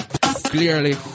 Clearly